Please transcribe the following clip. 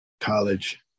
College